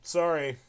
sorry